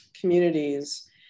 communities